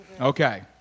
Okay